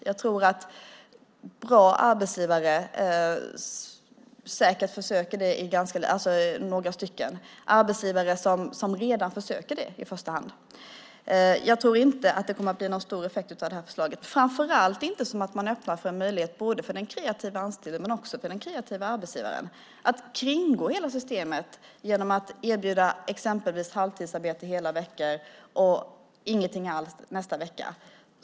Jag tror att bra arbetsgivare säkert redan försöker göra det i första hand. Jag tror inte att det kommer att bli någon stor effekt av detta förslag, framför allt inte då man öppnar för en möjlighet både för den kreativa anställda och för den kreativa arbetsgivaren att kringgå hela systemet genom att erbjuda exempelvis halvtidsarbete den ena veckan och ingenting alls den andra veckan.